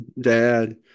dad